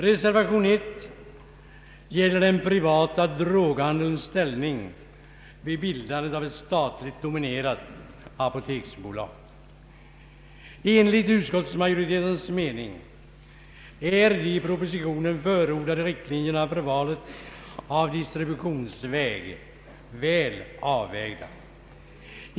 Reservationen 1 gäller den privata droghandelns ställning vid bildandet av ett statligt dominerat apoteksbolag. Enligt utskottsmajoritetens mening är de i propositionen förordade riktlinjerna för valet av distributionsväg väl avvägda.